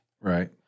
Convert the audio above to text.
Right